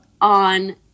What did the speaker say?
on